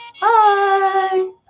bye